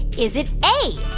is it a,